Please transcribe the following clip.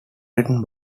written